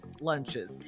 lunches